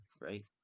right